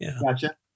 Gotcha